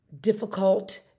difficult